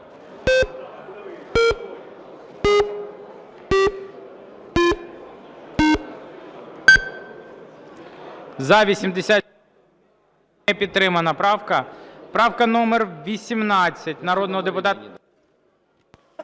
За-84 Не підтримана правка. Правка номер 18 народного депутата…